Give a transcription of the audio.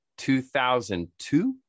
2002